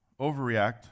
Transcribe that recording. overreact